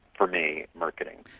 for me, murketing.